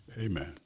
Amen